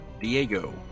Diego